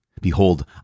Behold